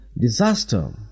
disaster